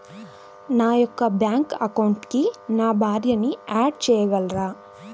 నా యొక్క బ్యాంక్ అకౌంట్కి నా భార్యని యాడ్ చేయగలరా?